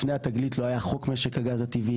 לפני התגלית לא היה חוק משק הגז הטבעי,